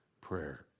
prayer